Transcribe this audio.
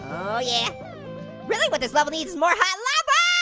yeah really what this level needs is more hot lava,